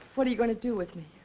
what are you going to do with me?